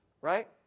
Right